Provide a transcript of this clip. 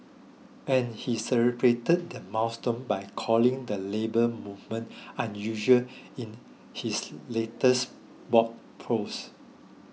and he celebrated the milestone by calling the Labour Movement unusual in his latest blog post